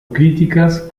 críticas